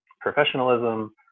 professionalism